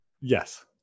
yes